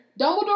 Dumbledore